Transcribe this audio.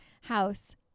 house